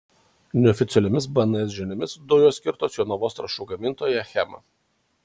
neoficialiomis bns žiniomis dujos skirtos jonavos trąšų gamintojai achema